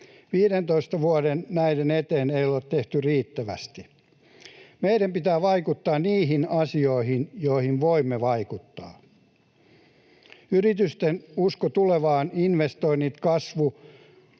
15 vuoteen näiden eteen ei ole tehty riittävästi. Meidän pitää vaikuttaa niihin asioihin, joihin voimme vaikuttaa. Yritysten usko tulevaan, investoinnit ja kasvu